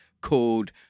called